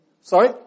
Sorry